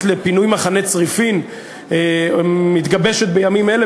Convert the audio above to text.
לפינוי מחנה צריפין מתגבשת בימים אלה,